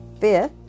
Fifth